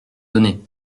donné